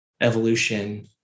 evolution